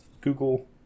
google